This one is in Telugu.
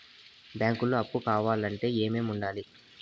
బ్యాంకులో అప్పు కావాలంటే ఏమేమి ఉండాలి?